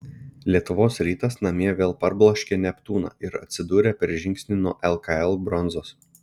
lietuvos rytas namie vėl parbloškė neptūną ir atsidūrė per žingsnį nuo lkl bronzos